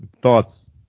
thoughts